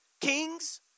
kings